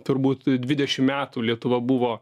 turbūt dvidešim metų lietuva buvo